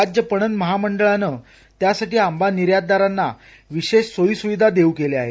राज्य पणन महामंडळानं त्यासाठी आंबा निर्यातदारांना विशेष सोयी सुविधा देऊ केल्या आहेत